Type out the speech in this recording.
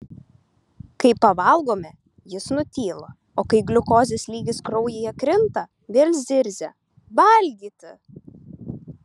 kai pavalgome jis nutyla o kai gliukozės lygis kraujyje krinta vėl zirzia valgyti